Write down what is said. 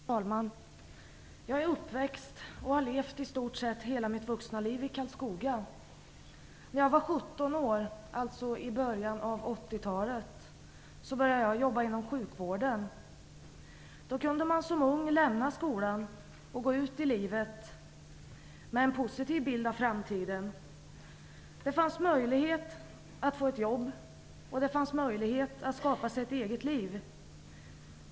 Fru talman! Jag är uppväxt och har levt i stort sett hela mitt vuxna liv i Karlskoga. När jag var 17 år, alltså i början av 80-talet, började jag jobba inom sjukvården. Då kunde man som ung lämna skolan och gå ut i livet med en positiv bild av framtiden. Det fanns möjlighet att få ett jobb, och det fanns möjlighet att skapa sig ett eget liv.